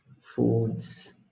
foods